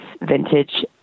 vintage